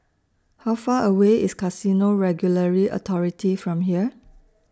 How Far away IS Casino Regulatory Authority from here